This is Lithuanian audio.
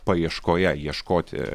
paieškoje ieškoti